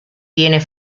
tiene